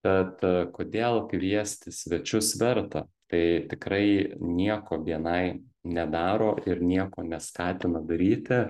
tad kodėl kviesti svečius verta tai tikrai nieko bni nedaro ir nieko neskatina daryti